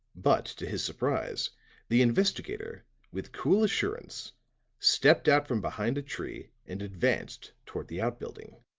but to his surprise the investigator with cool assurance stepped out from behind a tree and advanced toward the outbuilding